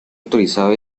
autorizado